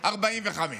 45:55,